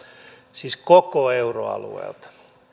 siis koko euroalueelta